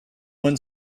one